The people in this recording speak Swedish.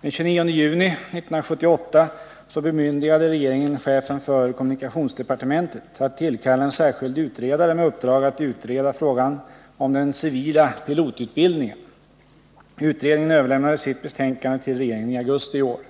Den 29 juni 1978 bemyndigade regeringen chefen för kommunikationsdepartementet att tillkalla en särskild utredare med uppdrag att utreda frågan om den civila pilotutbildningen. Utredningen överlämnade sitt betänkande till regeringen i augusti i år.